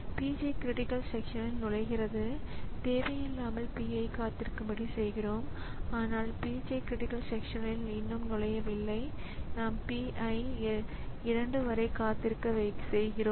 ஆகையால் ஆப்பரேட்டிங் ஸிஸ்டத்தின் சேவைகள் தேவைப்படுகிறது நான் முன்பு விவாதித்தபடி ஒன்றுக்கு மேற்பட்ட ப்ராஸஸர்களுக்கு ஒரு அச்சுப்பொறி ஒரே நேரத்தில் வழங்கப்படவில்லை